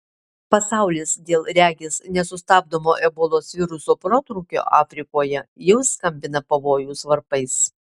pasaulis dėl regis nesustabdomo ebolos viruso protrūkio afrikoje jau skambina pavojaus varpais